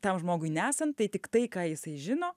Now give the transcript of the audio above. tam žmogui nesan tai tik tai ką jisai žino